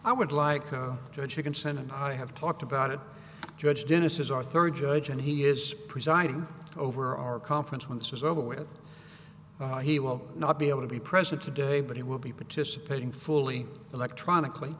i would like a judge to consent and i have talked about it judge dennis is our third judge and he is presiding over our conference when this is over with he will not be able to be present today but he will be participating fully electronically